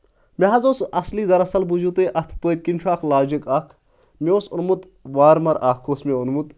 مےٚ حظ اوس اَصلی دراصل بوٗزِو تُہۍ اَتھ پٔتۍ کِنۍ چھُ اکھ لاجِک اَکھ مےٚ اوس اوٚنمُت وارمَر اکھ اوس مےٚ اوٚنمُت